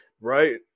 Right